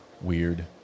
weird